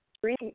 three